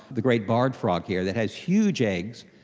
the great barred frog here that has huge eggs,